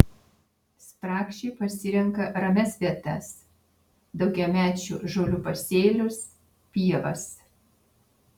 spragšiai pasirenka ramias vietas daugiamečių žolių pasėlius pievas